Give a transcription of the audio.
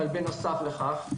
אבל בנוסף לכך,